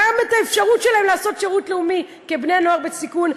גם באפשרות שלהם לעשות שירות לאומי כבני-נוער בסיכון,